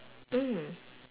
mm